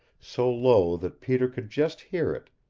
so low that peter could just hear it,